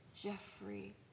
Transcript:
Jeffrey